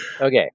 Okay